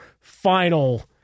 final